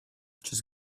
just